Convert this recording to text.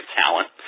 talent